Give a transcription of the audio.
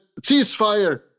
ceasefire